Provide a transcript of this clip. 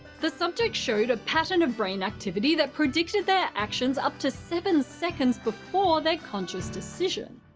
the subjects showed a pattern of brain activity that predicted their actions up to seven seconds before their conscious decision.